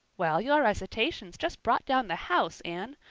well, your recitations just brought down the house, anne.